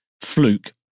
fluke